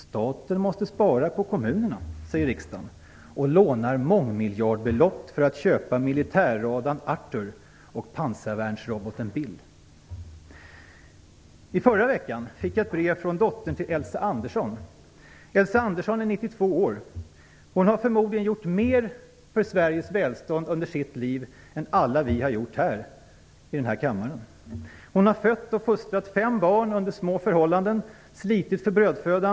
Staten måste spara på kommunerna, säger riksdagen och lånar mångmiljardbelopp för att köpa militärradarn Arthur och pansarvärnsroboten Bill. Förra veckan fick jag ett brev från Elsa Anderssons dotter. Elsa Andersson är 92 år. Hon har förmodligen i sitt liv gjort mer för Sveriges välstånd än vad alla vi i denna kammare har gjort. Hon har fött och fostrat fem barn under små förhållanden och slitit för brödfödan.